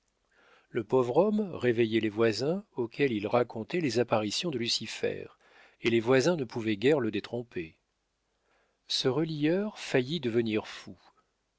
le pauvre homme réveillait les voisins auxquels il racontait les apparitions de lucifer et les voisins ne pouvaient guère le détromper ce relieur faillit devenir fou